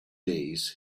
days